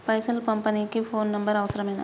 పైసలు పంపనీకి phone number అవసరమేనా?